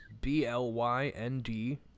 B-L-Y-N-D